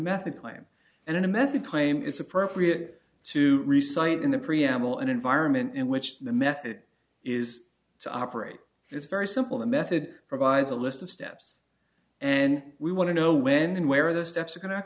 method claim and in a method claim it's appropriate to resign in the preamble and environment in which the method is to operate it's very simple the method provides a list of steps and we want to know when and where the steps are going to